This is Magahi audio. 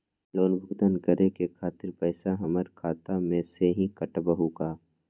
लोन भुगतान करे के खातिर पैसा हमर खाता में से ही काटबहु का?